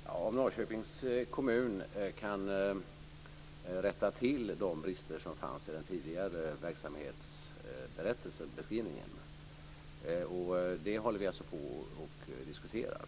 Fru talman! Ja, om Norrköpings kommun kan rätta till de brister som fanns i den tidigare verksamhetsbeskrivningen. Och det håller vi alltså på att diskutera.